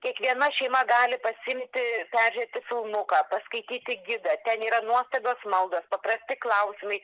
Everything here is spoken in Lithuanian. kiekviena šeima gali pasiimti peržiūrėti filmuką paskaityti gidą ten yra nuostabios maldos paprasti klausimai